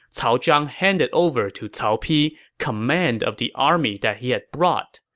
cao zhang handed over to cao pi command of the army that he had brought,